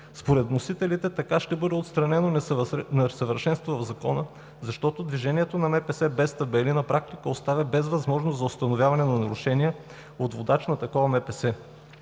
Според вносителите така ще бъде отстранено несъвършенство в закона, защото движението на МПС без табели на практика оставя без възможност за установяване на нарушения от водач на такова МПС.